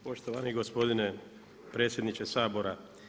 Poštovani gospodine predsjedniče Sabora.